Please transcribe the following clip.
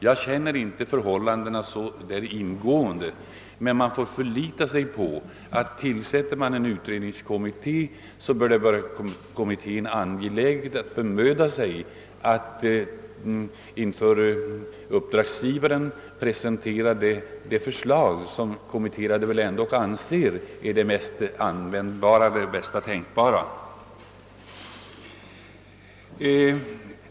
Jag känner inte till förhållandena så ingående, men man får väl förlita sig på att, om man tillsätter en utbildningskommitté, bör det vara angeläget för kommittén att bemöda sig om att inför uppdragsgivaren presentera det förslag som kommitterade anser vara det bästa tänkbara.